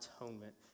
atonement